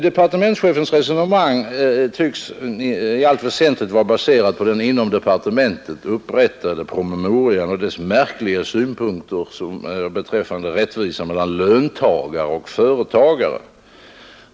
Departementschefens resonemang tycks i allt väsentligt vara baserat på den inom departementet upprättade promemorian och de märkliga synpunkter som i den framförs beträffande rättvisa mellan löntagare och företagare.